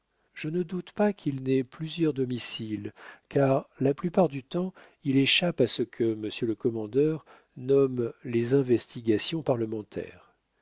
je ne doute pas qu'il n'ait plusieurs domiciles car la plupart du temps il échappe à ce que monsieur le commandeur nomme les investigations parlementaires